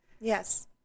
Yes